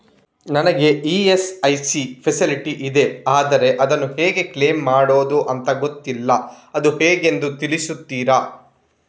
ನನಗೆ ESIC facility ಇದೆ ಆದ್ರೆ ಅದನ್ನು ಹೇಗೆ ಕ್ಲೇಮ್ ಮಾಡೋದು ಅಂತ ಗೊತ್ತಿಲ್ಲ ಅದು ಹೇಗೆಂದು ತಿಳಿಸ್ತೀರಾ?